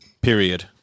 Period